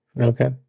Okay